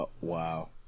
Wow